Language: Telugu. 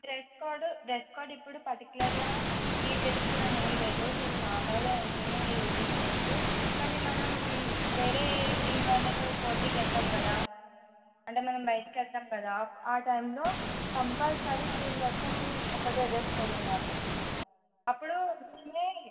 డ్రెస్ కోడ్ డ్రెస్ కోడ్ ఇప్పడు పర్టిక్యులర్గా ఈ డ్రెస్ కోడ్ అని ఏం లేదు మీరు నార్మల్గా ఇంట్లోనే యూజ్ చేసుకోవచ్చు కానీ మనం వేరే టీమ్ వాళ్ళతో పోటీకెళ్తాం కదా అంటే మనం బయటకి వెళ్తాము కదా అప్ ఆ టైంలో కంపల్సరీ టీమ్ మొత్తం ఒకటే డ్రెస్ కోడ్ ఉండాలి అప్పుడు మేమే